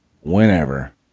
whenever